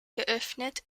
geöffnet